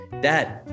Dad